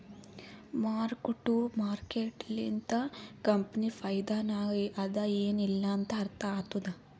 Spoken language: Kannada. ಮಾರ್ಕ್ ಟು ಮಾರ್ಕೇಟ್ ಲಿಂತ ಕಂಪನಿ ಫೈದಾನಾಗ್ ಅದಾ ಎನ್ ಇಲ್ಲಾ ಅಂತ ಅರ್ಥ ಆತ್ತುದ್